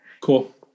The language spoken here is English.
Cool